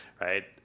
right